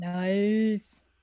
Nice